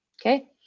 Okay